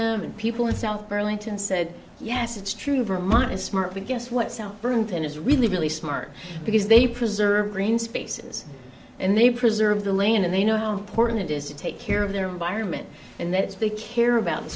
b m and people in south burlington said yes it's true vermont is smart guess what south burlington is really really smart because they preserve green spaces and they preserve the land and they know how important it is to take care of their environment and that's the care about the